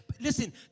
Listen